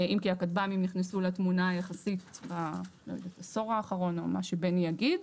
אם כי הכטב"מים נכנסו לתמונה יחסית בעשור האחרון או מה שבני יגיד.